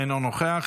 אינו נוכח,